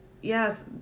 yes